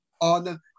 on